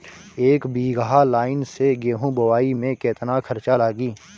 एक बीगहा लाईन से गेहूं बोआई में केतना खर्चा लागी?